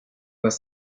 was